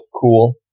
Cool